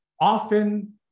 often